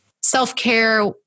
self-care